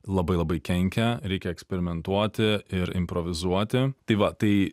labai labai kenkia reikia eksperimentuoti ir improvizuoti tai va tai